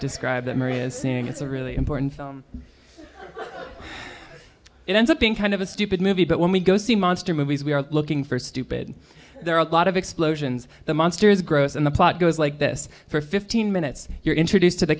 describe that maria's saying it's a really important film it ends up being kind of a stupid movie but when we go see monster movies we are looking for stupid there are a lot of explosions the monster is gross and the plot goes like this for fifteen minutes you're introduced to the